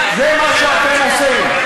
זה מה שאתם עושים.